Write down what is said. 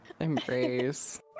Embrace